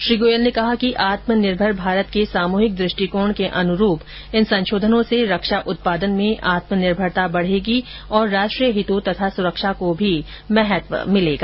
श्री गोयल ने कहा कि आत्मनिर्भर भारत के सामूहिक दृष्टिकोण के अनुरूप इन संशोधनों से रक्षा उत्पादन में आत्मनिर्भरता बढ़ेगी और राष्ट्रीय हितों तथा सुरक्षा को भी महत्व मिलेगा